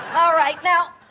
alright, now,